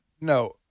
No